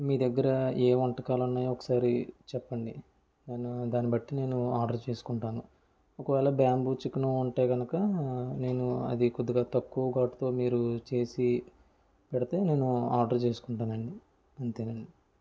మీ దగ్గర ఏ వంటకాలు ఉన్నాయో ఒకసారి చెప్పండి నేను దాన్నిబట్టి నేను ఆర్డర్ చేసుకుంటాను ఒకవేళ బ్యాంబూ చికెన్ ఉంటే గనక నేను అది కొద్దిగా తక్కువ ఘాటుతో మీరు చేసి పెడితే నేను ఆర్డర్ చేసుకుంటాను అండి అంతేనండి